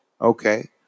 Okay